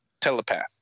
telepath